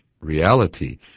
reality